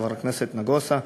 חבר הכנסת נגוסה,